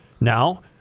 Now